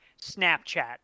snapchat